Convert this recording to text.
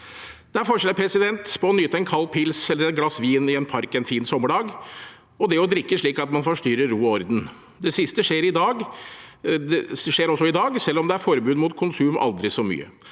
Det er forskjell på å nyte en kald pils eller et glass vin i en park en fin sommerdag og det å drikke slik at man forstyrrer ro og orden. Det siste skjer også i dag, selv om det er aldri så mye